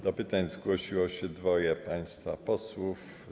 Do pytań zgłosiło się dwoje państwa posłów.